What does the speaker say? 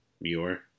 Muir